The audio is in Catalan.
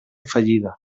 fallida